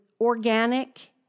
organic